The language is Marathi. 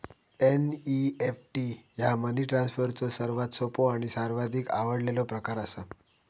एन.इ.एफ.टी ह्या मनी ट्रान्सफरचो सर्वात सोपो आणि सर्वाधिक आवडलेलो प्रकार असा